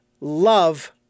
love